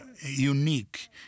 unique